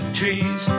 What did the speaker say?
trees